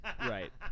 Right